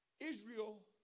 Israel